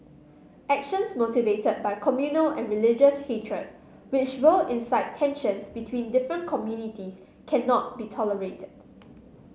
actions motivated by communal and religious hatred which will incite tensions between different communities cannot be tolerated